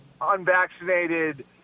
unvaccinated